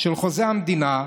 של חוזה המדינה,